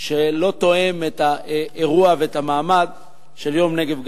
שלא תואם את האירוע ואת המעמד של יום הנגב והגליל.